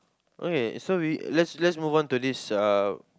okay so we let's let's move on to this uh